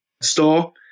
store